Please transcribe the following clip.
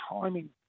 timing